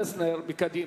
פלסנר מקדימה.